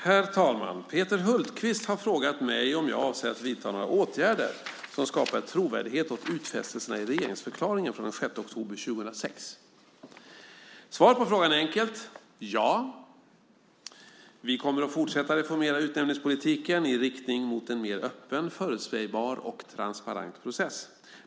Herr talman! Peter Hultqvist har frågat mig om jag avser att vidta några åtgärder som skapar trovärdighet åt utfästelserna i regeringsförklaringen från den 6 oktober 2006. Svaret på frågan är enkelt. Ja, vi kommer att fortsätta att reformera utnämningspolitiken i riktning mot en mer öppen, förutsägbar och transparent process.